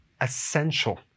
essential